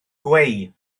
gweu